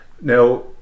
now